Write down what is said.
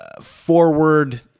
Forward